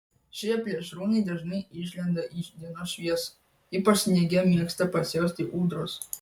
šie plėšrūnai dažnai išlenda į dienos šviesą ypač sniege mėgsta pasiausti ūdros